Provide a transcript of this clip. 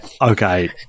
Okay